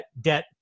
debt